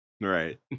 Right